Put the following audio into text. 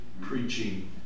preaching